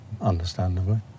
understandably